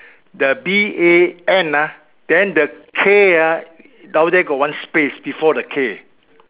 the B A N ah then the K ah down there got one space before the K